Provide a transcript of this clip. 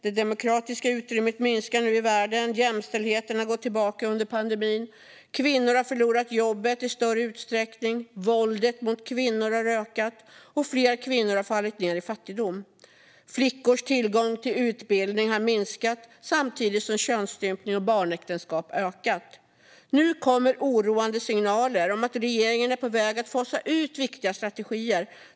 Det demokratiska utrymmet minskar i världen. Jämställdheten har gått tillbaka under pandemin. Kvinnor har förlorat jobbet i större utsträckning, våldet mot kvinnor har ökat och fler kvinnor har fallit ned i fattigdom. Flickors tillgång till utbildning har minskat samtidigt som könsstympning och barnäktenskap har ökat. Nu kommer oroande signaler om att regeringen är på väg att fasa ut viktiga strategier.